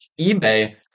eBay